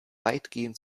weitgehend